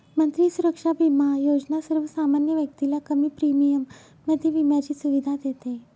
मंत्री सुरक्षा बिमा योजना सर्वसामान्य व्यक्तीला कमी प्रीमियम मध्ये विम्याची सुविधा देते